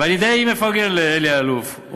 ואני די מפרגן לאלי אלאלוף,